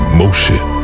motion